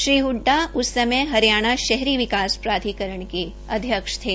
श्री हडडा उस समय हरियाणा शहरी विकास प्राधिकरण के अध्यक्ष थे